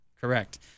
Correct